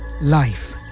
Life